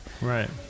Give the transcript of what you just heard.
Right